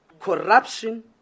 corruption